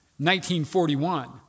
1941